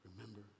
remember